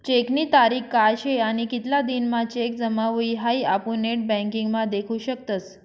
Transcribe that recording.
चेकनी तारीख काय शे आणि कितला दिन म्हां चेक जमा हुई हाई आपुन नेटबँकिंग म्हा देखु शकतस